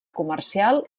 comercial